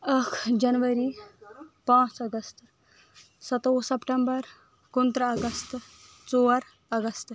اکھ جنؤری پانٛژھ اگستہٕ ستووُہ سپٹیٚمبر کُنترٕٛہ اگستہٕ ژور اگستہٕ